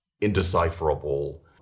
indecipherable